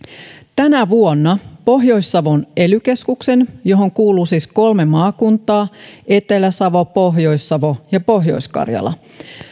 tänä vuonna pohjois savon ely keskuksen johon kuuluu siis kolme maakuntaa etelä savo pohjois savo ja pohjois karjala